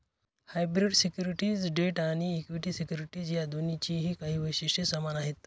hybrid securities debt आणि equity securities या दोन्हींची काही वैशिष्ट्ये समान आहेत